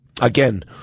Again